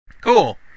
Cool